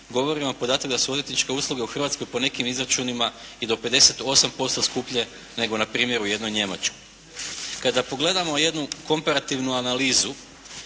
govori vam podatak da su odvjetničke usluge u Hrvatskoj po nekim izračunima i do 58% skuplje nego na primjer u jednoj Njemačkoj. Kada pogledamo jednu komparativnu analizu